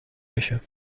بشه